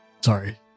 Sorry